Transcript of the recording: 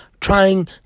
trying